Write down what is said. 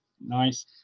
nice